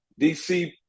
DC